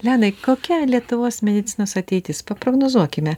leonai kokia lietuvos medicinos ateitis paprognozuokime